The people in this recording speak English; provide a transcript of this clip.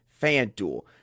FanDuel